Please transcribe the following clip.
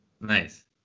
Nice